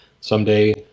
someday